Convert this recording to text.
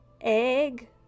egg